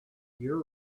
your